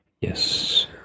Yes